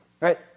right